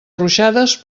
ruixades